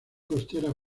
costera